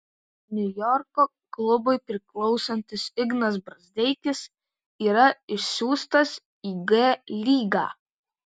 niujorko klubui priklausantis ignas brazdeikis yra išsiųstas į g lygą